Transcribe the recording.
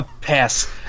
Pass